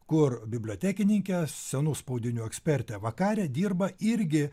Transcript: kur bibliotekininkė senų spaudinių ekspertė vakarė dirba irgi